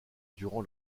durant